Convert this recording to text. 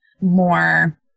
more